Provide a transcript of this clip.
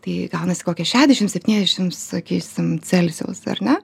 tai gaunasi kokie šešiasdešim septyniasdešim sakysim celsijaus ar ne